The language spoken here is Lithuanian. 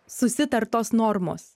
susitartos normos